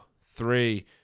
three